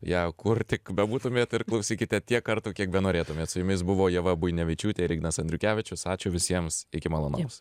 ją kur tik bebūtumėt ir klausykite tiek kartų kiek benorėtumėt su jumis buvo ieva buinevičiūtė ir ignas andriukevičius ačiū visiems iki malonaus